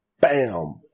bam